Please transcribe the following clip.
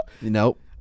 Nope